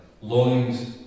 longings